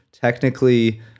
technically